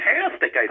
fantastic